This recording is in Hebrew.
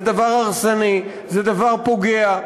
זה דבר הרסני, זה דבר פוגע.